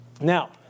Now